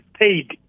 paid